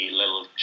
little